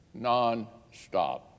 nonstop